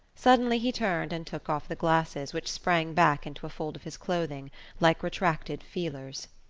suddenly he turned and took off the glasses, which sprang back into a fold of his clothing like retracted feelers.